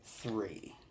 Three